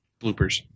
bloopers